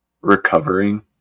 Recovering